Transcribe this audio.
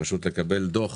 לקבל דוח